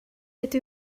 rydw